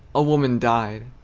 a woman died.